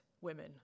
women